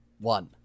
one